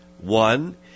One